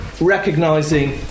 recognising